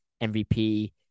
MVP